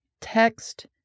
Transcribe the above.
text